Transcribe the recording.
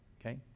Okay